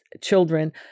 children